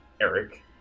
Eric